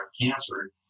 cancer